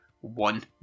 one